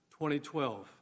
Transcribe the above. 2012